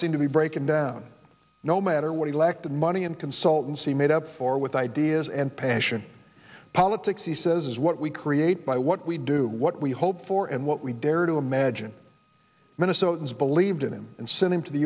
seem to be breaking down no matter what he lacked money and consultancy made up for with ideas and passion politics he says is what we create by what we do what we hope for and what we dare to imagine minnesotans believed in him and sent him to the